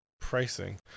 pricing